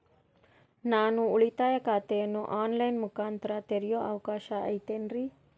ನಾನು ಉಳಿತಾಯ ಖಾತೆಯನ್ನು ಆನ್ ಲೈನ್ ಮುಖಾಂತರ ತೆರಿಯೋ ಅವಕಾಶ ಐತೇನ್ರಿ?